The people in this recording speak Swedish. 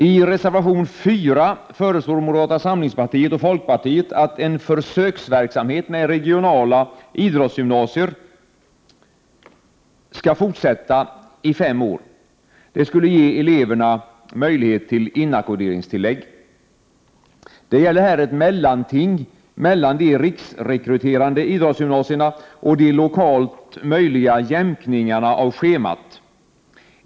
I reservation 4 föreslår moderata samlingspartiet och folkpartiet att en försöksverksamhet med regionala idrottsgymnasier skall fortsätta under fem år. Det skulle ge eleverna möjlighet till inackorderingstillägg. Det gäller här ett mellanting mellan de riksrekryterande idrottsgymnasierna och de lokalt möjliga jämkningarna av schemat.